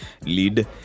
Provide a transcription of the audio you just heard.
lead